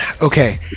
Okay